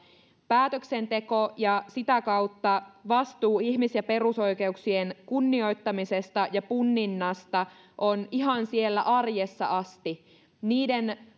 päätöksenteko ja sitä kautta vastuu ihmis ja perusoikeuksien kunnioittamisesta ja punninnasta on ihan siellä arjessa asti niiden